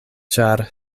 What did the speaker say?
ĉar